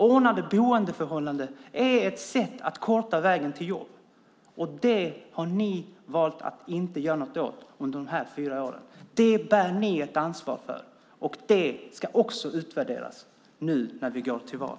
Ordnade boendeförhållanden är ett sätt att korta vägen till jobb, och det har ni valt att inte göra något åt under dessa fyra år. Det bär ni ett ansvar för, och det ska också utvärderas nu när vi går till val.